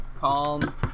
calm